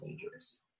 dangerous